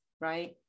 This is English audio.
right